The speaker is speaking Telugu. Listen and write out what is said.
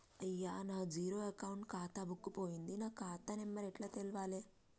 అయ్యా నా జీరో అకౌంట్ ఖాతా బుక్కు పోయింది నా ఖాతా నెంబరు ఎట్ల తెలవాలే?